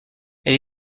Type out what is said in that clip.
elle